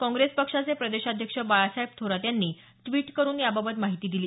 काँग्रेस पक्षाचे प्रदेशाध्यक्ष बाळासाहेब थोरात यांनी ट्विट करून याबाबत माहिती दिली